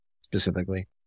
specifically